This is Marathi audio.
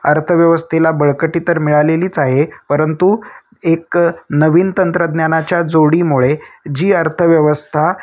अर्थव्यवस्थेला बळकटी तर मिळालेलीच आहे परंतु एक नवीन तंत्रज्ञानाच्या जोडीमुळे जी अर्थव्यवस्था